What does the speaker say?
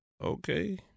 Okay